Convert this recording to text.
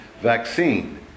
vaccine